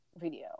video